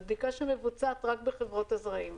זו בדיקה שמבוצעת רק בחברות הזרעים,